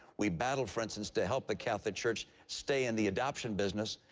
we battled, for instance, to help the catholic church stay in the adoption business.